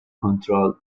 controlled